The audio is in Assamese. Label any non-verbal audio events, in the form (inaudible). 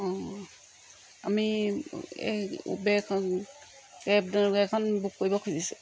অঁ আমি এই উবেৰ ক কেব (unintelligible) এখন বুক কৰিব খুজিছোঁ